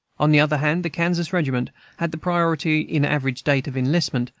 on the other hand, the kansas regiment had the priority in average date of enlistment,